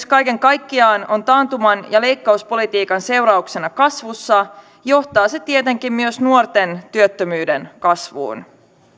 kaiken kaikkiaan on taantuman ja leikkauspolitiikan seurauksena kasvussa johtaa se tietenkin myös nuorten työttömyyden kasvuun